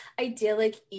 idyllic